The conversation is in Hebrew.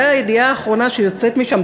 זה הידיעה האחרונה שיוצאת משם,